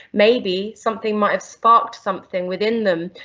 maybe something might have sparked something within them.